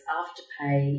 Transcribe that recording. afterpay